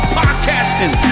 podcasting